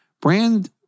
brand